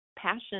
passion